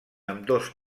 ambdós